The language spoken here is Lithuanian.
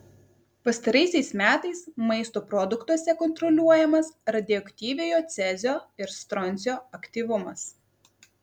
pastaraisiais metais maisto produktuose kontroliuojamas radioaktyviojo cezio ir stroncio aktyvumas